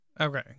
okay